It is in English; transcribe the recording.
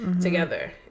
together